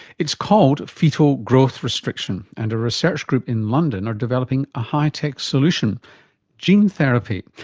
it's called foetal growth restriction and a research group in london are developing a high-tech solution gene therapy.